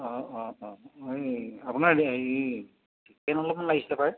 অঁ অঁ অঁ এই আপোনাৰ হেৰি চিকেন অলপমান লাগিছে পাই